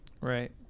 Right